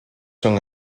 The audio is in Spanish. son